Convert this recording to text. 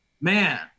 Man